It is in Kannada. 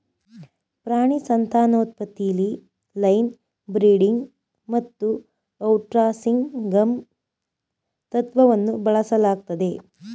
ಪ್ರಾಣಿ ಸಂತಾನೋತ್ಪತ್ತಿಲಿ ಲೈನ್ ಬ್ರೀಡಿಂಗ್ ಮತ್ತುಔಟ್ಕ್ರಾಸಿಂಗ್ನಂತಂತ್ರವನ್ನುಬಳಸಲಾಗ್ತದೆ